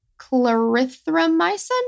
clarithromycin